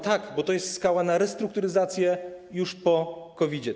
Tak, bo to jest skala na restrukturyzację już po COVID.